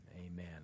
Amen